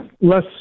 less